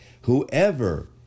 Whoever